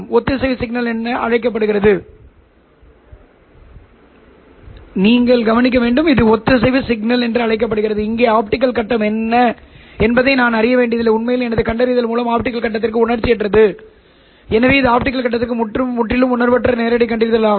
ஒத்திசைவு சிக்கல் என அழைக்கப்படுகிறது இங்கே ஆப்டிகல் கட்டம் என்ன என்பதை நான் அறிய வேண்டியதில்லை உண்மையில் எனது கண்டறிதல் முறை ஆப்டிகல் கட்டத்திற்கு உணர்ச்சியற்றது எனவே இது ஆப்டிகல் கட்டத்திற்கு முற்றிலும் உணர்வற்ற நேரடி கண்டறிதல் ஆகும்